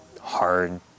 hard